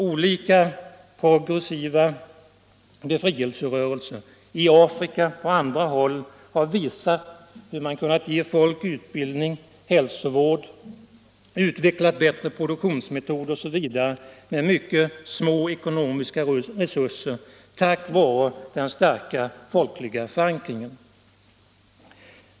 Olika progressiva befrielserörelser i Afrika och på andra håll har visat hur man kunnat ge folk utbildning och hälsovård, hur man utvecklat bättre produktionsmetoder osv. med mycket små ekonomiska resurser tack vare den starka folkliga förankringen.